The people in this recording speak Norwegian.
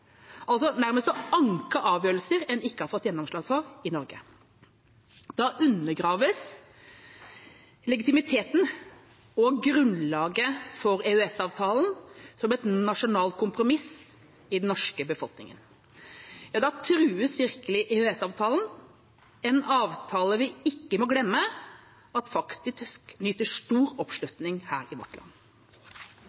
altså nærmest å anke avgjørelser en ikke har fått gjennomslag for i Norge. Da undergraves legitimiteten og grunnlaget for EØS-avtalen som et nasjonalt kompromiss i den norske befolkningen. Ja, da trues virkelig EØS-avtalen, en avtale vi ikke må glemme faktisk nyter stor